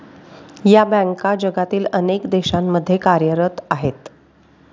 या बँका जगातील अनेक देशांमध्ये कार्यरत आहेत